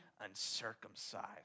uncircumcised